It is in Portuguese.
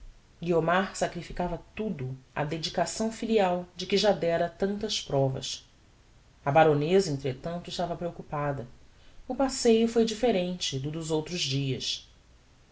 guiomar sacrificava tudo á dedicação filial de que ja dera tantas provas a baroneza entretanto estava preoccupada o passeio foi differente do dos outros dias